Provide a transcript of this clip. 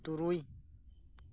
ᱛᱩᱨᱩᱭ